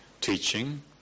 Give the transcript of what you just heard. teaching